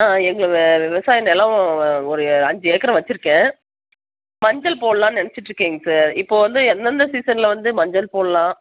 ஆ எங்கள் விவசாய நிலம் ஒரு அஞ்சு ஏக்கரு வைச்சிருக்கேன் மஞ்சள் போடலான்னு நெனைச்சிட்ருக்கேங்க சார் இப்போது வந்து எந்தெந்த சீசனில் வந்து மஞ்சள் போடலாம்